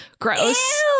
gross